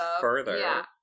further